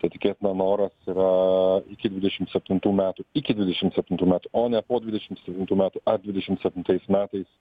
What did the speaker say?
tai tikėtina noras yra iki dvidešimt septintų metų iki dvidešimt septintų metų o ne po dvidešimt septintų metų ar dvidešimt septintais metais